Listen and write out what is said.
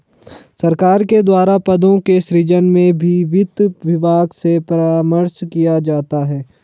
सरकार के द्वारा पदों के सृजन में भी वित्त विभाग से परामर्श किया जाता है